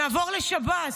נעבור לשב"ס.